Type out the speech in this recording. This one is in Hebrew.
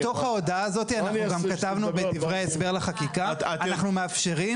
בתוך ההודעה הזאת אנחנו גם כתבנו בדברי ההסבר לחקיקה שאנחנו מאפשרים